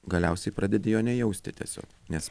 galiausiai pradedi jo nejausti tiesio nes